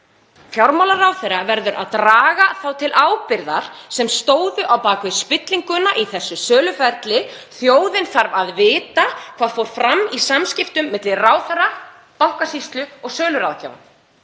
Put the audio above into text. Fjármálaráðherra verður að draga þá til ábyrgðar sem stóðu á bak við spillinguna í þessu söluferli. Þjóðin þarf að vita hvað fór fram í samskiptum milli ráðherra, Bankasýslu og söluráðgjafa.